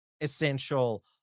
essential